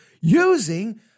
using